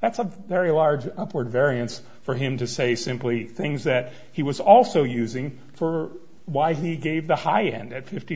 that's a very large upward variance for him to say simply things that he was also using for why he gave the high end at fifty